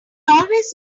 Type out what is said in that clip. always